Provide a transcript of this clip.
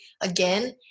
again